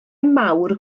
mawr